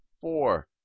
four